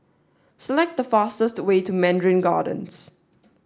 select the fastest way to Mandarin Gardens